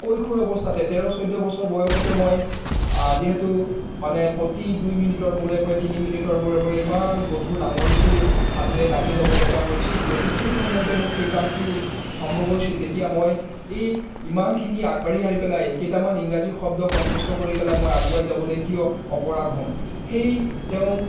কৈশোৰ অৱস্থাতে তেৰ চৈধ্য বছৰ বয়সতে মই যিহেতু মানে প্ৰতি দুই মিনিটৰ মূৰে মূৰে তিনি মিনিটৰ মূৰে মূৰে ইমান গধুৰ নাঙলটো হাতেৰে দাঙি ল'ব লগা হৈছিল যদি সেই সময়তে মোৰ সেই কামটো সম্ভৱ হৈছিল তেতিয়া মই এই ইমানখিনি আগবাঢ়ি আহি পেলাই কেইটামান ইংৰাজী শব্দ কণ্ঠস্থ কৰি পেলাই মই আগুৱাই যাবলৈ কিয় অপাৰগ হ'ম সেই তেওঁ